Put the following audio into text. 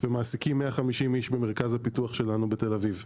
מעסיקים 150 איש במרכז הפיתוח שלנו בתל אביב.